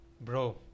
Bro